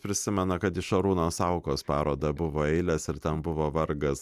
prisimena kad į šarūno saukos parodą buvo eilės ir tam buvo vargas